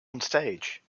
onstage